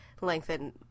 lengthen